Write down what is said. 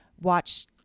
watch